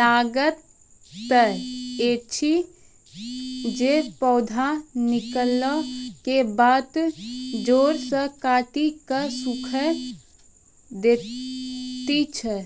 लागतै ऐछि जे पौधा निकलै केबाद जैर सऽ काटि कऽ सूखे दैति छै?